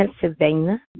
Pennsylvania